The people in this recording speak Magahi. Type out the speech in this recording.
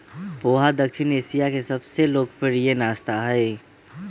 पोहा दक्षिण एशिया के सबसे लोकप्रिय नाश्ता हई